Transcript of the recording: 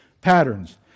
patterns